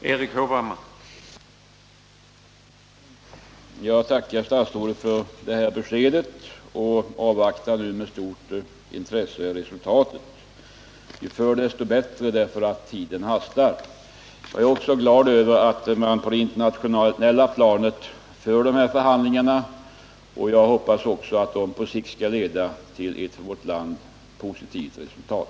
Herr talman! Jag tackar statsrådet för beskedet och avvaktar nu med stort intresse resultatet. Ju förr det föreligger ett positivt resultat dess bättre — tiden hastar. Jag är också glad över att man på det internationella planet för de här förhandlingarna och hoppas att de på sikt skall leda till ett för vårt land positivt resultat.